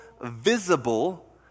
visible